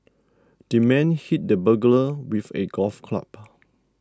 the man hit the burglar with a golf club